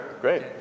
Great